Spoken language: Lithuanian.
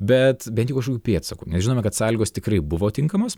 bet bent jau kažkokių pėdsakų mes žinome kad sąlygos tikrai buvo tinkamos